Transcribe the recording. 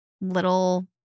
little